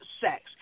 sex